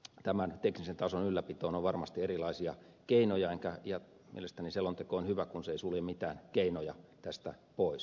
tämän teknisen tason ylläpitoon on varmasti erilaisia keinoja ja mielestäni selonteko on hyvä kun se ei sulje mitään keinoja tästä pois